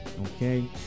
Okay